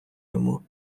йому